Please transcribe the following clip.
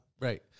Right